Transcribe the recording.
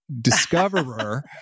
discoverer